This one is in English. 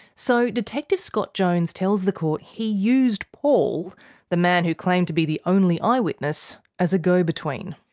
so detective scott jones tells the court he used paul the man who claimed to be the only eyewitness as a go-between.